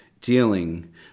dealing